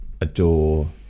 adore